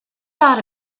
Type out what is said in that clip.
thought